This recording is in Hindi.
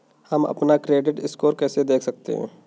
हम अपना क्रेडिट स्कोर कैसे देख सकते हैं?